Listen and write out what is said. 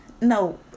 No